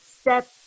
step